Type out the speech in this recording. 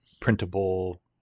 printable